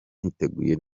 niteguye